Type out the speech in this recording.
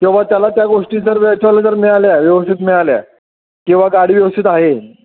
किंवा त्याला त्या गोष्टी जर वेळच्यावेळेला जर मिळाल्या व्यवस्थित मिळाल्या किंवा गाडी व्यवस्थित आहे